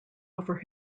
offer